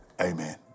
Amen